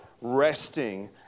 resting